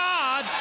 God